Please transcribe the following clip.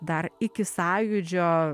dar iki sąjūdžio